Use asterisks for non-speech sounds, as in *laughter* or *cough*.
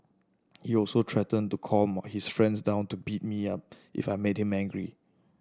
he also threatened to call *unintelligible* his friends down to beat me up if I made him angry